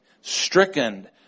stricken